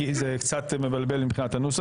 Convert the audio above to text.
כי מצד טוהר המידות --- התקשי"ר לא מונע.